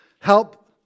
Help